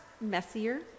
messier